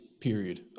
period